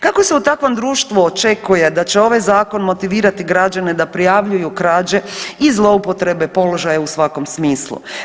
Kako se u takvom društvu očekuje da će ovaj zakon motivirati građane da prijavljuju krađe i zloupotrebe položaja u svakom smislu?